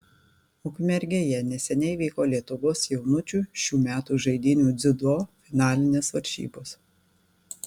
ukmergėje neseniai vyko lietuvos jaunučių šių metų žaidynių dziudo finalinės varžybos